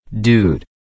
Dude